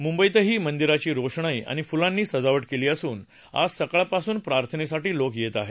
मुंबईतही मंदिरांची रोषणाई आणि फुलांनी सजावट केलं असून आज सकाळपासून प्रार्थनेसाठी लोक येत आहेत